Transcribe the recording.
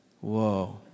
Whoa